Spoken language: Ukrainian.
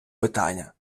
питання